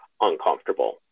uncomfortable